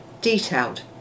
Detailed